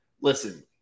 listen